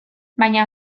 baina